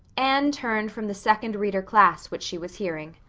anne turned from the second reader class which she was hearing.